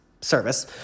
service